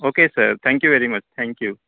okay sir thank you very much thank you